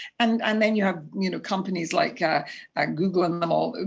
and and then you have you know companies like ah ah google and them all,